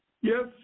Yes